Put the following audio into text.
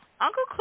Uncle